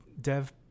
dev